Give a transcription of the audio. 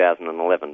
2011